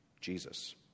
Jesus